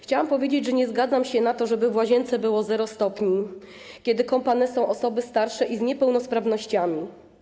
Chciałam powiedzieć, że nie zgadzam się na to, żeby w łazience było zero stopni, kiedy kąpane są osoby starsze i z niepełnosprawnościami.